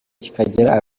kikagera